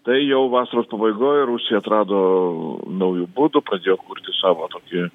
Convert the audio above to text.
tai jau vasaros pabaigoj rusija atrado naujų būdų pradėjo kurti savo tokį